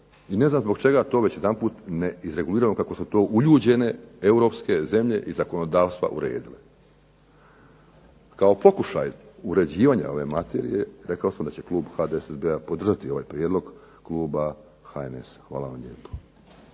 i ne znam zbog čega to već jedanput ne izreguliramo kako su to uljuđene europske zemlje i zakonodavstva uredile. Kao pokušaj uređivanja ove materije rekao sam da će klub HDSSB-a podržati ovaj prijedlog kluba HNS-a. Hvala vam lijepo.